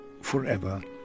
forever